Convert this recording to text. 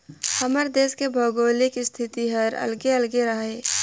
हमर देस के भउगोलिक इस्थिति हर अलगे अलगे अहे